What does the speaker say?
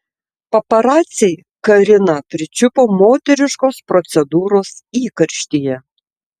paparaciai kariną pričiupo moteriškos procedūros įkarštyje